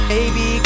Baby